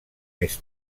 més